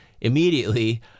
Immediately